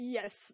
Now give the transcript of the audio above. Yes